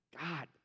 God